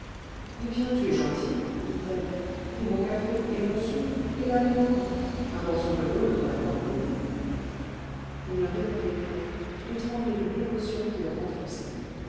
eh bien tu es gentil dit-elle et mon café et mon sucre et la viande un morceau de veau ne t'aurait pas ruiné il ne répondait point étranglé d'une émotion qu'il